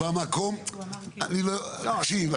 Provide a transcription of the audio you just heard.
תקשיב,